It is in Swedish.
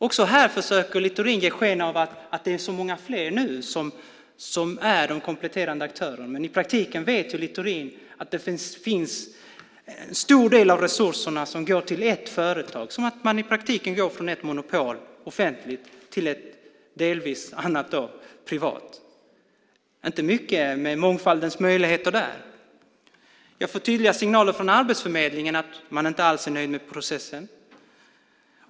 Också här försöker Littorin ge sken av att det nu är så många fler som är de kompletterande aktörerna. Men i praktiken vet Littorin att en stor del av resurserna går till ett företag, som att man i praktiken går från ett offentligt monopol till ett delvis privat. Det är inte mycket av mångfaldens möjligheter där. Jag får tydliga signaler från Arbetsförmedlingen att man inte alls är nöjd med processen.